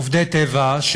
עובדי טבע,